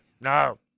No